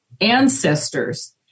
ancestors